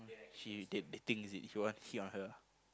she da~ dating is it he want hit on her